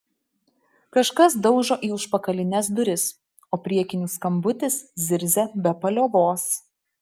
kažkas daužo į užpakalines duris o priekinių skambutis zirzia be paliovos